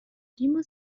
گیمو